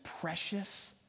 precious